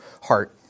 heart